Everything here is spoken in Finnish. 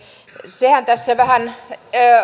sehän tässä vähän